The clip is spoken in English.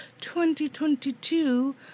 2022